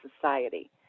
society